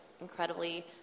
incredibly